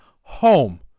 home